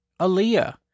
Aaliyah